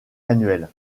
annuel